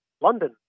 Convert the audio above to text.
London